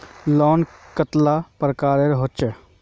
Loan कतेला प्रकारेर होचे?